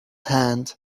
hand